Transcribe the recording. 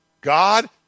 God